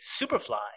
Superfly